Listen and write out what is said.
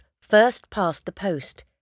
first-past-the-post